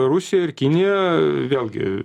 rusija ir kinija vėlgi